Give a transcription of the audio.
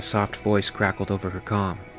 soft voice crackled over her com.